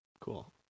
Cool